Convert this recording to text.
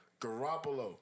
Garoppolo